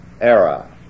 era